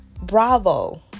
Bravo